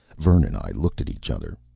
vern and i looked at each other.